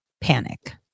panic